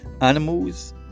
Animals